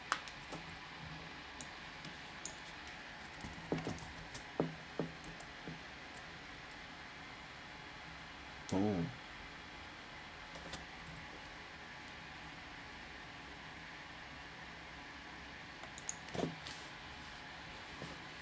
oh